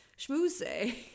schmooze